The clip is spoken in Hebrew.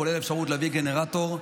כולל אפשרות להביא גנרטור.